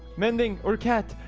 mending or cat